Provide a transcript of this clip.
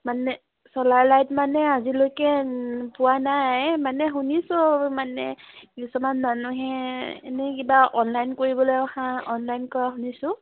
মানে চ'লাৰ লাইট মানে আজিলৈকে পোৱা নাই মানে শুনিছোঁ মানে কিছুমান মানুহে এনেই কিবা অনলাইন কৰিবলৈ অহা অনলাইন কৰা শুনিছোঁ